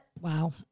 wow